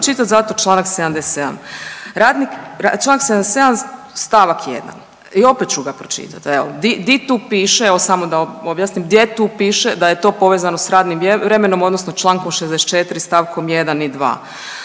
zato Članak 77. Radnik, Članak 77. stavak 1. i opet ću ga pročitati evo, di tu pište, evo samo da objasnim gdje tu piše da je to povezano sa radnim vremenom odnosno Člankom 64. stavkom 1. i 2.,